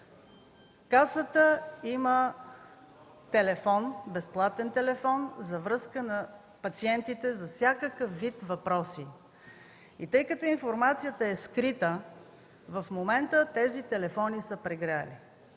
Касата има безплатен телефон за връзка на пациентите за всякакъв вид въпроси. Тъй като информацията е скрита, в момента тези телефони са прегрели.